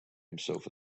himself